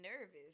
nervous